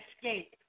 escape